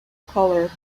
color